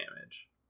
damage